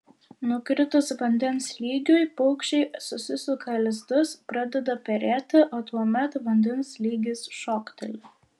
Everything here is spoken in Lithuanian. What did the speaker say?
nukritus vandens lygiui paukščiai susisuka lizdus pradeda perėti o tuomet vandens lygis šokteli